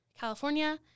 California